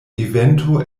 evento